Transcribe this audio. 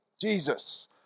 Jesus